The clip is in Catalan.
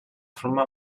forma